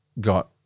got